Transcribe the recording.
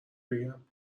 بگم